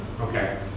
Okay